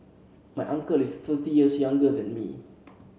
my uncle is thirty years younger than me